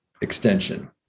extension